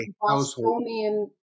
Bostonian